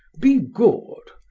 be good.